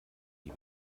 die